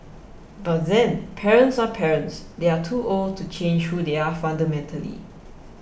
but then parents are parents they are too old to change who they are fundamentally